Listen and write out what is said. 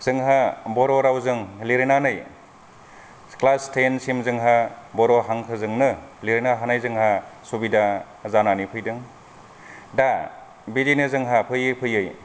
जोंहा बर' रावजों लिरनानै क्लास थेन सिम जोंहा बर' हांखौजोंनो लिरनो हानाय जोंहा सुबिधा जानानै फैदों दा बिदिनो जोंहा फैयै फैयै